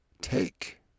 take